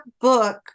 book